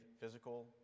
physical